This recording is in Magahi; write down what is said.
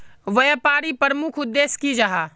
व्यापारी प्रमुख उद्देश्य की जाहा?